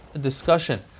discussion